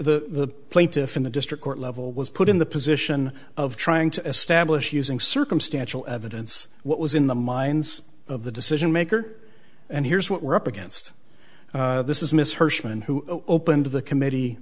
the plaintiff in the district court level was put in the position of trying to establish using circumstantial evidence what was in the minds of the decision maker and here's what we're up against this is miss hersman who opened the committee